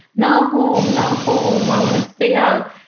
no home. no home. i want to stay out.